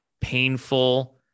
painful